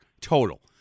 total